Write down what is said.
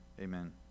Amen